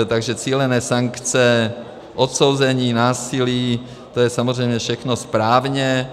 Takže cílené sankce, odsouzení násilí, to je samozřejmě všechno správně.